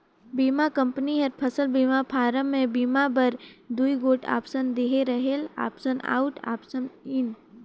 बीमा कंपनी हर फसल बीमा फारम में बीमा बर दूई गोट आप्सन देहे रहेल आप्सन आउट अउ आप्सन इन